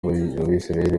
abisirayeli